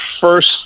first